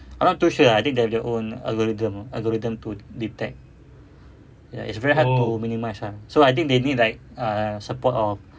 I'm not too sure ah I think the the own algorithm algorithm to detect ya it's very hard to minimise ah so I think they need like support of